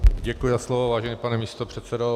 Děkuji za slovo, vážený pane místopředsedo.